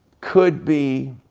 could be